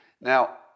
Now